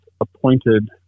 appointed